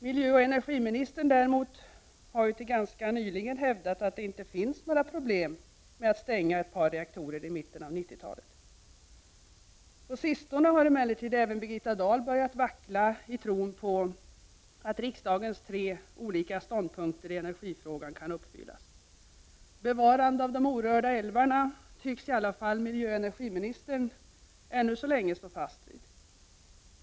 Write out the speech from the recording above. Miljöoch energiministern däremot har ju till ganska nyligen hävdat att det inte finns några problem med att stänga ett par reaktorer i mitten på 90-talet. På sistone har emellertid även Birgitta Dahl börjat vackla i tron på att riksdagens tre olika ståndpunkter i energifrågan kan uppfyllas. Bevarande av de orörda älvarna tycks i alla fall miljöoch energiministern ännu så länge stå fast vid.